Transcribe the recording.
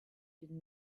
been